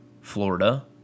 Florida